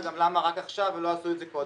למה רק עכשיו ולא עשו את זה קודם.